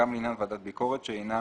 גם לעניין ועדת ביקורת שאינה